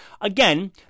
Again